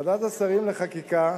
ועדת השרים לחקיקה